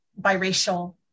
biracial